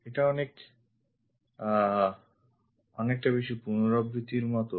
এটা অনেক বেশি পুনরাবৃত্তির মতো